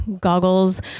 goggles